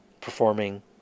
performing